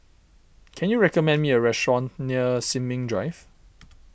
can you recommend me a restaurant near Sin Ming Drive